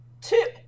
two